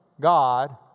god